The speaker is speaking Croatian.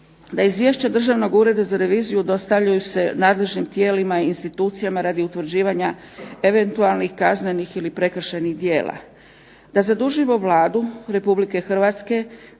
da izvješća Državnog ureda za reviziju dostavljaju se nadležnim tijelima i institucijama radi utvrđivanja eventualnih kaznenih ili prekršajnih djela. Da zadužimo Vladu RH da u roku